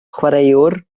chwaraewr